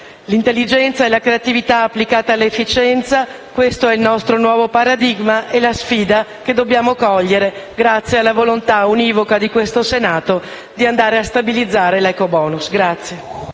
L'intelligenza e la creatività applicata all'efficienza è il nostro nuovo paradigma, come la sfida che dobbiamo cogliere grazie alla volontà univoca del Senato di stabilizzare l'ecobonus.